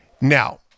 Now